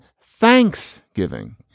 thanksgiving